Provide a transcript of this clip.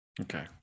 Okay